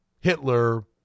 Hitler